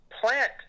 plant